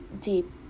deep